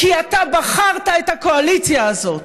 כי אתה בחרת את הקואליציה הזאת.